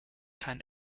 kein